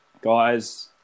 Guys